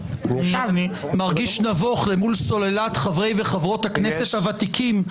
אני מרגיש נבוך אל מול סוללת חברי וחברות הכנסת הוותיקים פה בוועדה.